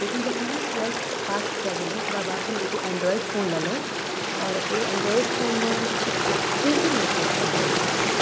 लेकिन जखन हम ट्वेल्थ पास कऽ गेलहुँ ओकरा बाद हम एगो एन्ड्रॉइड फोन लेलहुँ आओर ओहि एन्ड्रॉइड फोनमे थ्री जी नेटवर्क तहन चलै छलै